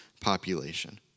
population